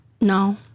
No